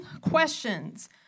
questions